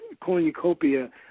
cornucopia